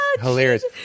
Hilarious